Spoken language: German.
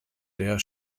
der